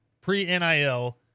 pre-NIL